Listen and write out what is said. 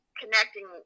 connecting